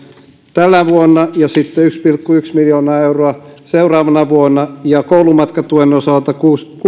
tänä vuonna ja sitten yksi pilkku yksi miljoonaa euroa seuraavana vuonna ja koulumatkatuen osalta